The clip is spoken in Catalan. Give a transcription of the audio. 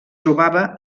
trobava